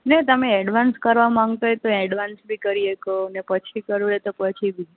ને તમે એડવાન્સ કરવા માગતાં હોય તો એડવાન્સ બી કરી શકો ને પછી કરવું હોય તો પછી બી